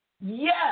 Yes